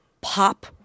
pop